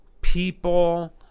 people